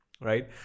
right